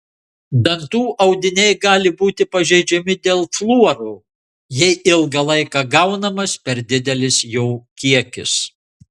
dantų audiniai gali būti pažeidžiami dėl fluoro jei ilgą laiką gaunamas per didelis jo kiekis